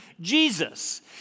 Jesus